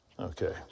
Okay